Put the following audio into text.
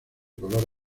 color